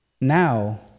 Now